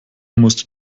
musste